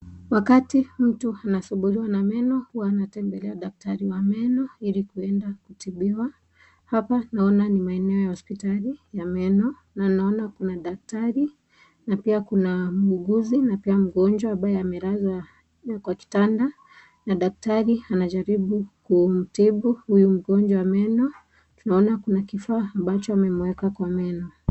Wakati mtu anasumbuliwa na meno, huwa anatembelea daktari wa meno ili kuenda kutibiwa. Hapa naona ni maeneo ya hospitali ya meno na naona kuna dakatari na pia kuna mwuguzi na pia mgonjwa ambaye amelazwa kwa kitanda na daktari anajaribu kumtibu huyu mgonjwa wa meno. Tunaona kuna kifaa ambacho amemweka kwa meno.